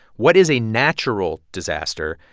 what is a natural disaster?